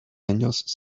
años